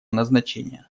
назначения